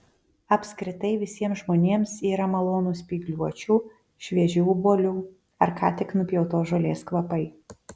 apskritai visiems žmonėms yra malonūs spygliuočių šviežių obuolių ar ką tik nupjautos žolės kvapai